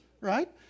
Right